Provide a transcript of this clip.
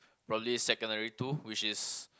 probably secondary two which is